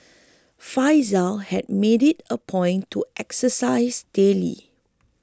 Faizal had made it a point to exercise daily